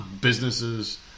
businesses